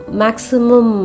maximum